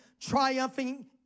triumphing